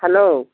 hello